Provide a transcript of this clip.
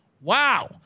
Wow